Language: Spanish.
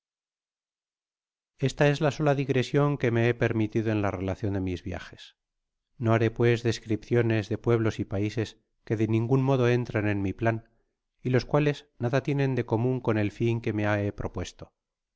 esta es la sola digresion que me he permitido en la relacion de mis viajes do haré pues descripciones de pueblos y paises que de ningun modo entran en mi plan y ios cuales nada lieaen de comun con el fin que me he propuesto